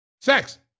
Sex